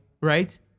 right